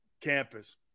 campus